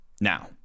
now